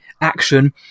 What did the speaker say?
action